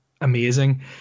amazing